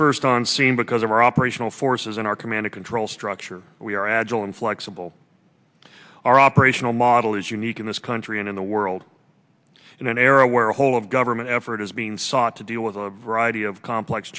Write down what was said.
first on scene because of our operational forces and our command and control structure we are agile and flexible our operational model is unique in this country and in the world in an era where a whole of government effort is being sought to deal with a variety of complex